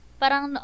parang